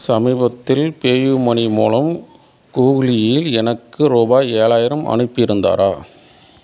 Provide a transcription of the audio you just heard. சமீபத்தில் பேயூமனி மூலம் கூகுளில் எனக்கு ரூபாய் ஏழாயிரம் அனுப்பியிருந்தாரா